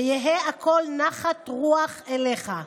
שיהא הכול נחת רוח אליך".